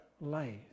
life